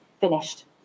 finished